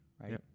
Right